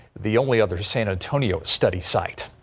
the only other san antonio's study site.